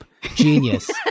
genius